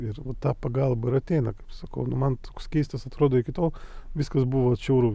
ir ta pagalba ir ateina kaip sakau nu man toks keistas atrodo iki tol viskas buvo atšiauru